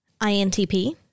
INTP